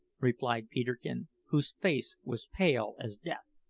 replied peterkin, whose face was pale as death.